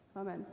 Amen